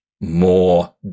more